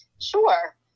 sure